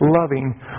loving